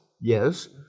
Yes